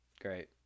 Great